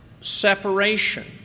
separation